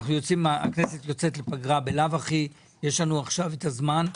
הכנסת יוצאת לפגרה בכל מקרה, יש לנו זמן.